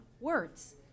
words